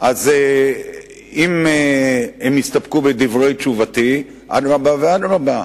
אם הם יסתפקו בדברי תשובתי, אדרבה ואדרבה.